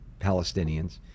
Palestinians